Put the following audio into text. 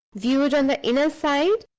viewed on the inner side,